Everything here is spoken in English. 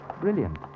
Brilliant